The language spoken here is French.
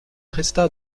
resta